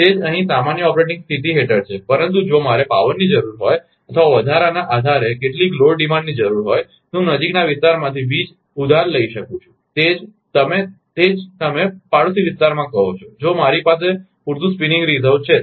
તે જ અહીં સામાન્ય ઓપરેટિંગ સ્થિતિ હેઠળ છે પરંતુ જો મારે પાવરની જરૂર હોય અથવા વધારાના આધારે કેટલીક લોડ ડિમાન્ડની જરૂર હોય તો હું નજીકના વિસ્તારમાંથી વીજ ઉધાર લઈ શકું છું તે જ તમે જે તમે પડોશી વિસ્તારોથી કહો છો જો મારી પાસે પૂરતુ સ્પિનીંગ રિઝર્વ છે